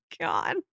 God